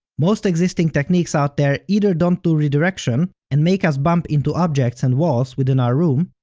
most existing techniques out there either don't do redirection and make us bump into objects and walls within our room,